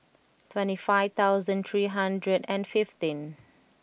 twenty five thousand three hundred and fifteen